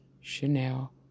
Chanel